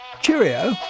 Cheerio